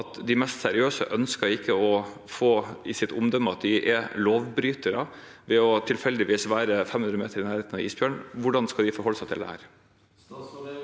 De mest seriøse ønsker ikke å få i sitt omdømme at de er lovbrytere ved tilfeldigvis å være 500 meter i nærheten av isbjørn. Hvordan skal de forholde seg til dette?